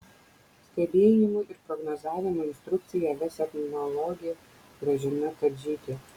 stebėjimų ir prognozavimo instrukciją ves etnologė gražina kadžytė